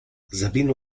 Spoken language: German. sabine